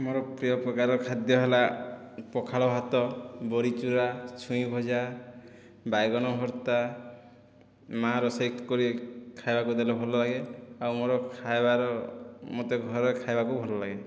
ମୋର ପ୍ରିୟ ପ୍ରକାର ଖାଦ୍ୟ ହେଲା ପଖାଳ ଭାତ ବଡ଼ି ଚୁରା ଛୁଇଁ ଭଜା ବାଇଗଣ ଭର୍ତା ମା ରୋଷେଇ କରି ଖାଇବାକୁ ଦେଲେ ଭଲ ଲାଗେ ଆଉ ମୋର ଖାଇବାର ମୋତେ ଘରେ ଖାଇବାକୁ ଭଲ ଲାଗେ